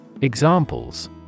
Examples